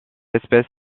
espèce